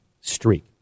streak